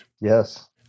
Yes